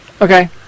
Okay